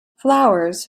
flowers